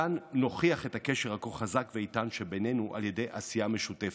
כאן נוכיח את הקשר הכה חזק ואיתן שבינינו על ידי עשייה משותפת.